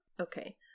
Okay